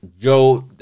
Joe